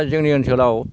जोंनि ओनसोलाव